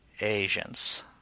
Asians